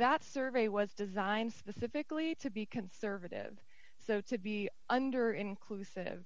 that survey was designed specifically to be conservative so to be under inclusive